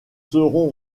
serons